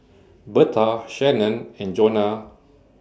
Berta Shannen and Johnna